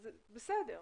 אז בסדר.